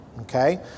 okay